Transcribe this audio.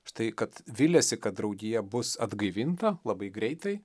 štai kad viliasi kad draugija bus atgaivinta labai greitai